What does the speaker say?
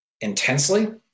intensely